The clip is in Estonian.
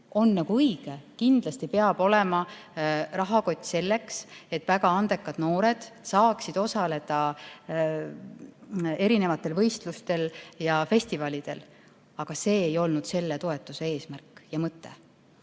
on õige. Kindlasti peab olema rahakott selleks, et väga andekad noored saaksid osaleda erinevatel võistlustel ja festivalidel, aga see ei olnud selle toetuse eesmärk ja mõte.